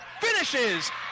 finishes